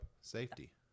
safety